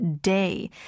day